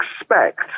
expect